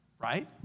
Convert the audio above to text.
Right